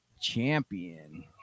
champion